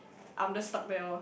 I'm just stuck there lor